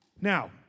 Now